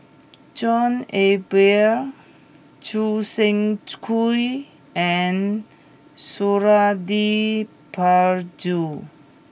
John Eber Choo Seng Quee and Suradi Parjo